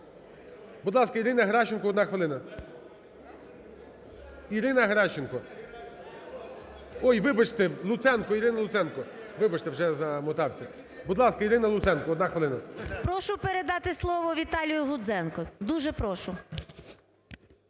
Прошу передати слово Віталію Гудзенку. Дуже прошу.